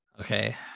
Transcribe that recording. okay